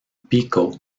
pico